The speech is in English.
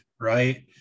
Right